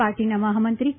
પાર્ટીના મહામંત્રી કે